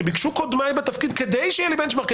שביקשו קודמיי בתפקיד כדי שיהיה לי בנצ'מארק,